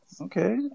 Okay